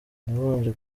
nabanje